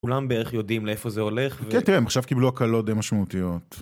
כולם בערך יודעים לאיפה זה הולך. כן, תראה, הם עכשיו קיבלו הקלות די משמעותיות.